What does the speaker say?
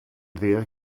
wir